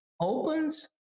opens